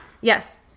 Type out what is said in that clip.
yes